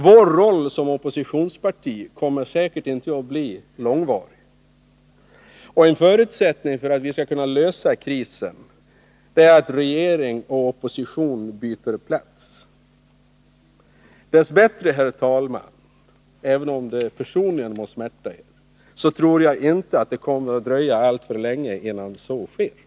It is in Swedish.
Vår roll som oppositionsparti kommer säkert inte att bli långvarig. En förutsättning för att krisen skall kunna lösas är att regering och opposition byter plats. Dess bättre, herr talman, tror jag inte att det — även om det personligen må smärta er —- kommer att dröja alltför länge innan så sker.